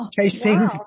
chasing